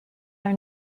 are